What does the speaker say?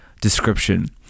Description